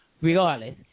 regardless